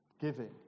giving